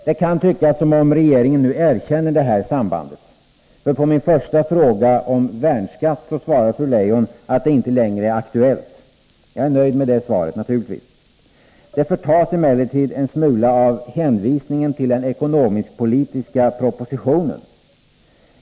Det kan tyckas som om regeringen nu erkänner detta samband. För på min första fråga om värnskatt svarar fru Leijon att den inte längre är aktuell. Jag är naturligtvis nöjd med det svaret. Min glädje förtas emellertid en smula av hänvisningen till den ekonomisk-politiska propositionen.